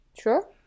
Sure